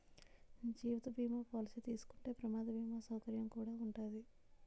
జీవిత బీమా పాలసీ తీసుకుంటే ప్రమాద బీమా సౌకర్యం కుడా ఉంటాది